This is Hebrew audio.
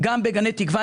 גם בגני תקווה,